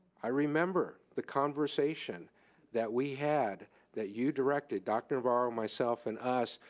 i remember the conversation that we had that you directed. dr. navarro, myself, and us.